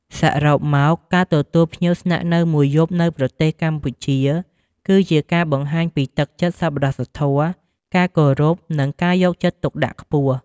សរុបមក ការទទួលភ្ញៀវស្នាក់នៅមួយយប់នៅប្រទេសកម្ពុជា គឺជាការបង្ហាញពីទឹកចិត្តសប្បុរសធម៌ ការគោរព និងការយកចិត្តទុកដាក់ខ្ពស់។